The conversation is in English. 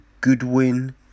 Goodwin